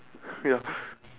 ya